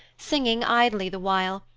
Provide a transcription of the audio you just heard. singing idly the while,